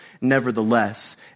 nevertheless